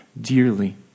Dearly